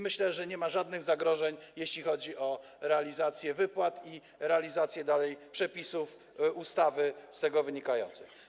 Myślę, że nie ma żadnych zagrożeń, jeśli chodzi o realizację wypłat i dalszą realizację przepisów ustawy z tego wynikających.